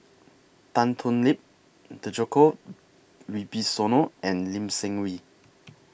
Tan Thoon Lip Djoko Wibisono and Lee Seng Wee